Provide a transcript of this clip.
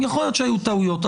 יכול להיות שהיו טעויות,